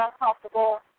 uncomfortable